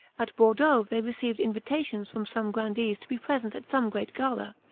at bourdeaux they received invitations from some grandees to be present at some great gala,